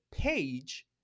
page